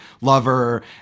lover